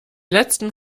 letzten